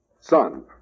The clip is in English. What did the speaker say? son